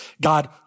God